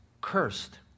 cursed